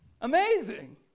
Amazing